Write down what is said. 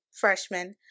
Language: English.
freshman